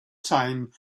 time